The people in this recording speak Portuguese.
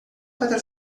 para